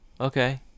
okay